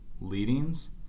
leadings